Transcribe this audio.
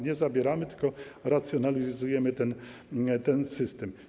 Nie zabieramy, tylko racjonalizujemy ten system.